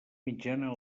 mitjana